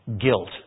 guilt